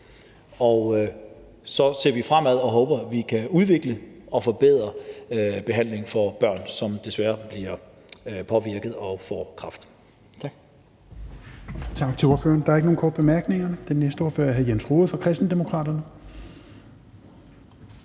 Og så ser vi fremad og håber, at vi kan udvikle og forbedre behandlingen af de børn, som desværre får kræft. Tak.